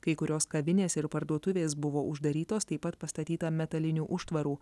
kai kurios kavinės ir parduotuvės buvo uždarytos taip pat pastatyta metalinių užtvarų